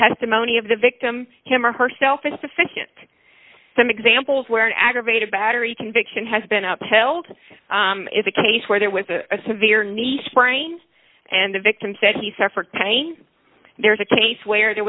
testimony of the victim him or herself a sufficient some examples where an aggravated battery conviction has been upheld is a case where there was a severe nice spring and the victim said he suffered pain there's a case where there